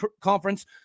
conference